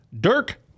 Dirk